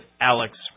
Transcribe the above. Alex